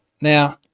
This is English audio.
Now